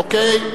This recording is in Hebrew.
אוקיי.